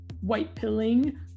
white-pilling